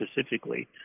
specifically